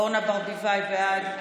אורנה ברביבאי, בעד.